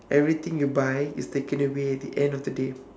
everything you buy is taken away at the end of the day